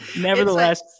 Nevertheless